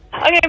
Okay